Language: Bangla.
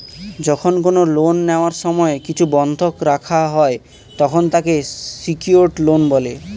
যখন কোন লোন নেওয়ার সময় কিছু বন্ধক রাখা হয়, তখন তাকে সিকিওরড লোন বলে